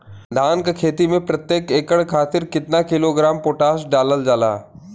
धान क खेती में प्रत्येक एकड़ खातिर कितना किलोग्राम पोटाश डालल जाला?